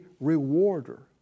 rewarder